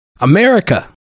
America